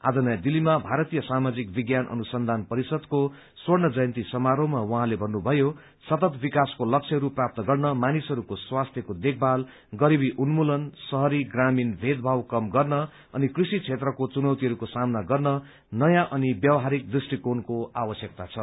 आज नयाँ दिल्लीमा भारतीय सामाजिक विज्ञान अनुसन्धान परिषदको स्वर्ण जयन्ती समारोहमा उहाँले भन्नुभयो सतत विकासको लक्ष्यहरू प्राप्त गर्न मानिसहरूको स्वास्थ्यको देखभाल गरीबी उन्मूलन शहरी ग्रामीण भेदभाव कम गर्न अनि कृषि क्षेत्रको चुनौतीहरूको समाना गर्न नयाँ अनि व्यावहारिक दृष्टिकोणको आवश्यकता छ